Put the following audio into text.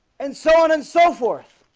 and so on and so forth